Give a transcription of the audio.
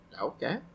Okay